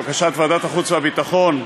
בקשת ועדת החוץ והביטחון,